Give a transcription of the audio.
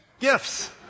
Gifts